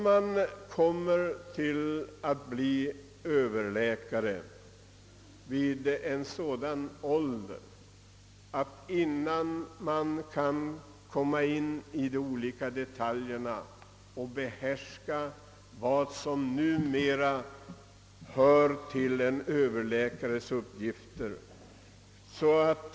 Den som blir överläkare vid relativt hög ålder hinner bli pensionsberättigad innan han satt sig in i alla olika detaljer och lärt sig behärska allt som numera hör till en överläkares uppgifter.